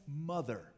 mother